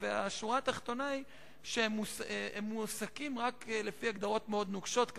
השורה התחתונה היא שהם מועסקים רק לפי הגדרות נוקשות מאוד.